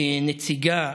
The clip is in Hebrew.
וכנציגה,